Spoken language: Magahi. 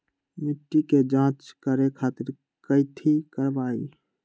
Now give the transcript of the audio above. मिट्टी के जाँच करे खातिर कैथी करवाई?